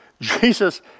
Jesus